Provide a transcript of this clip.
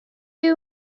you